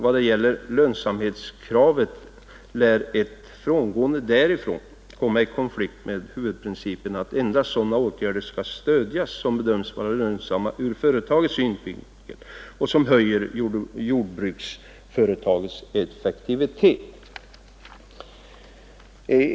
I vad gäller lönsamhetskravet lär ett frångående därav komma i konflikt med huvudprincipen att endast sådana åtgärder skall stödjas som bedöms vara lönsamma ur företagsekonomisk synvinkel och som höjer jordbruksföretagets effektivitet.